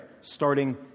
starting